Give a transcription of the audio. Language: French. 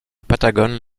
patagon